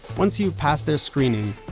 once you pass their screening,